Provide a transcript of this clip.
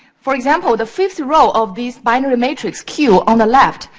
for example, the fifth row of this binary matrix queue on the left,